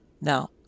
Now